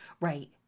Right